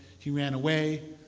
he ran away,